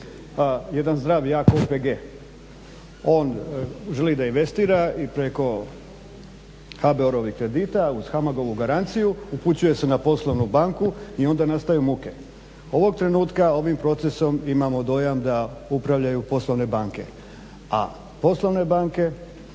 jedan zdrav i jak OPG on želi da investira i preko HBOR-ovih kredita, uz HAMAG-ovu garanciju upućuje se na poslovnu banku i onda nastaju muke. Ovog trenutka ovim procesom imamo dojam da upravljaju poslovne banke, a poslovne banke